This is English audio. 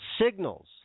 signals